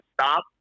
stop